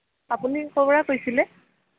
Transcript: আপুনি ক'ৰ পৰা কৈছিলে